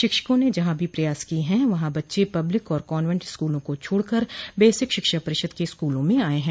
शिक्षकों ने जहां भी प्रयास किये हैं वहां बच्चें पब्लिक और कान्वेंट स्कूलों को छोड़कर बेसिक शिक्षा परिषद के स्कूलों में आये हैं